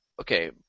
Okay